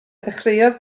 ddechreuodd